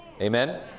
Amen